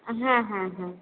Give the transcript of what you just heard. হ্যাঁ হ্যাঁ হ্যাঁ